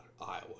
Iowa